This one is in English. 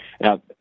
Now